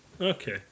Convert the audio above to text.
Okay